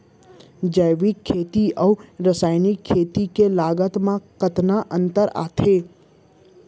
जैविक खेती अऊ रसायनिक खेती के लागत मा कतना अंतर आथे?